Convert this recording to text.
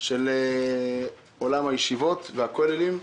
בתקציבים של עולם הישיבות והכוללים.